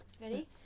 Ready